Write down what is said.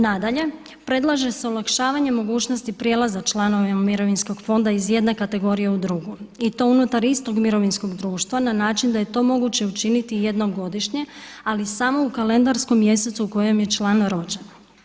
Nadalje, predlaže se olakšavanje mogućnosti prijelaza članovima mirovinskog fonda iz jedne kategorije u drugu i to unutar istog mirovinskog društva na način da je to moguće učiniti jednom godišnje, ali samo u kalendarskom mjesecu u kojem je član rođen.